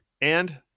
And-